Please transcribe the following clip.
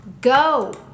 go